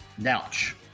Nouch